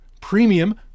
premium